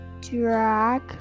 drag